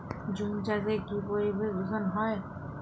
ঝুম চাষে কি পরিবেশ দূষন হয়?